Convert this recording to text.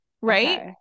right